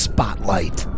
Spotlight